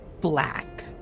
black